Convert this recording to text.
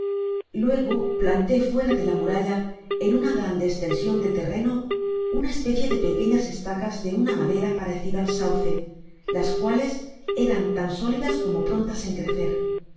luego planté fuera de la muralla en una grande estensioa de terreno una especie de pequeñas estacas de una madera parecida al sáuce las cuales eran tan sólidas como prontas en crecer